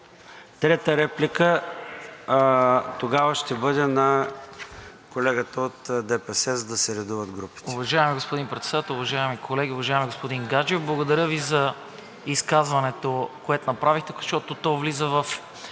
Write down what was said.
Трета реплика тогава ще бъде на колегата от ДПС, за да се редуват групите.